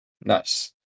Nice